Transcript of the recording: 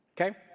Okay